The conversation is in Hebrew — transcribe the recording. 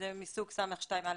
והם מסוג ס2א/5,